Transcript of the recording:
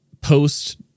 post